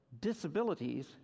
disabilities